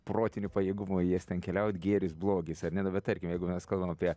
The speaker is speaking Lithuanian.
protinių pajėgumų į jas ten keliaut gėris blogis ar ne nu bet tarkim jeigu mes kalbame apie